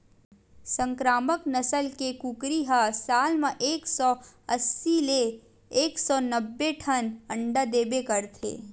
संकरामक नसल के कुकरी ह साल म एक सौ अस्सी ले एक सौ नब्बे ठन अंडा देबे करथे